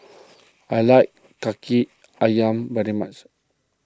I like Kaki Ayam very much